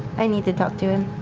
i need to talk to him.